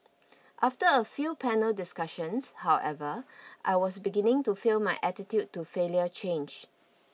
after a few panel discussions however I was beginning to feel my attitude to failure change